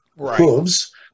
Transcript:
hooves